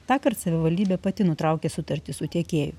tąkart savivaldybė pati nutraukė sutartį su tiekėju